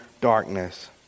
darkness